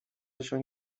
چون